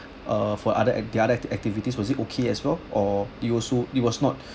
err for other act~ the other activities was it okay as well or you also it was not